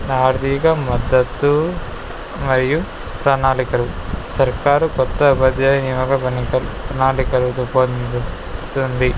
ఆర్టిక మద్దతు మరియు ప్రణాళికలు సర్కారు క్రొత్త ఉపాధ్యాయ నియామక వనిక ప్రణాళికలు రూపొందిస్తుంది